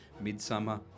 Midsummer